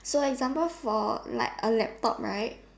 so example for like a laptop right